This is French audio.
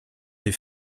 des